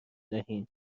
دهیم